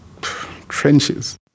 trenches